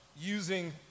using